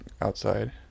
outside